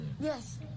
Yes